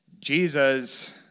Jesus